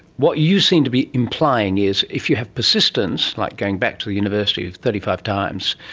what you seem to be implying is if you have persistence, like going back to the university thirty five times,